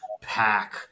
pack